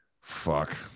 fuck